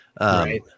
right